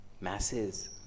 masses